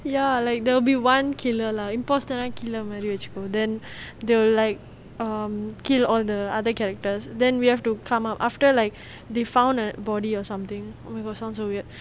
ya like there will be one killer lah imposter தான் killer மாரி வெச்சிக்கோ:maari vechiko then they'll like um kill all the other characters then we have to come up after like they found a body or something oh my god sounds so weird